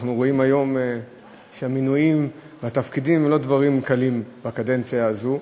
אנחנו רואים היום שהמינויים לתפקידים הם לא דבר קל בקדנציה הזאת.